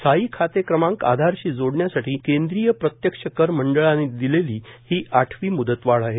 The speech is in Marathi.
स्थायी खाते क्रमांक आधारशी जोडण्यासाठी केंद्रीय प्रत्यक्ष कर मंडळानं दिलेली ही आठवी म्दतवाढ आहे